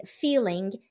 feeling